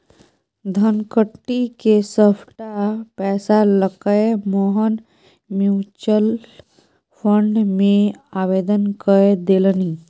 धनकट्टी क सभटा पैसा लकए मोहन म्यूचुअल फंड मे आवेदन कए देलनि